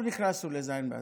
עכשיו נכנסנו לז' באדר.